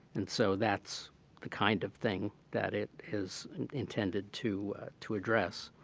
and so, that's the kind of thing that it is intended to to address.